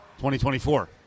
2024